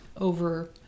over